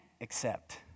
accept